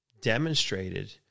demonstrated